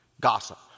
Gossip